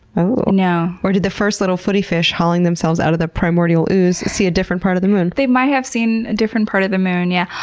ooooh. or did the first little footy-fish hauling themselves out of the primordial ooze see a different part of the moon? they might have seen a different part of the moon, yeah.